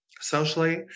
socially